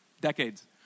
decades